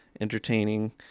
entertaining